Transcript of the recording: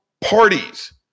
parties